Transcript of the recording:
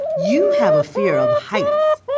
you have a fear of heights.